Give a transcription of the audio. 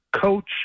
coach